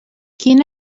quin